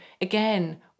again